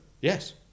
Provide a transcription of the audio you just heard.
yes